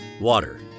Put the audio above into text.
Water